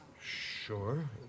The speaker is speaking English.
Sure